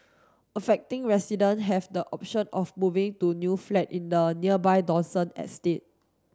affecting resident have the option of moving to new flat in the nearby Dawson estate